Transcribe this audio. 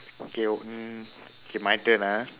okay mm okay my turn ah